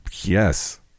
Yes